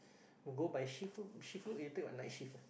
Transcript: go by shift work shift work you take what night shift ah